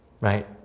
right